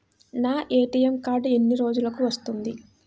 నా ATM card ఎన్ని రోజులకు వస్తుంది?